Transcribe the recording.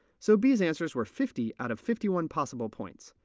so b's answers were fifty out of fifty one possible points.